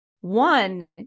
One